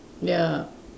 ya